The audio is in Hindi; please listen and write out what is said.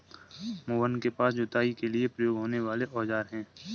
मोहन के पास जुताई के लिए प्रयोग होने वाले औज़ार है